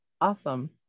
Awesome